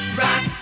rock